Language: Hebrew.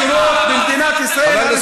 דיברת שש דקות במקום ארבע.